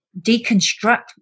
deconstruct